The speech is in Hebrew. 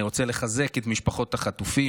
אני רוצה לחזק את משפחות החטופים,